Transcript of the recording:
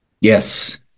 Yes